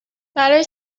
برای